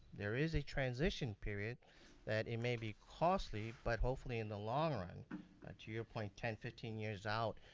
there is a transition period that it may be costly. but hopefully in the long run, back ah to your point, ten, fifteen years out,